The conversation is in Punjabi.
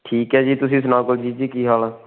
ਠੀਕ ਹੈ ਜੀ ਤੁਸੀਂ ਸੁਣਾਓ ਕੁਲਜੀਤ ਜੀ ਕੀ ਹਾਲ ਆ